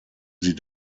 sie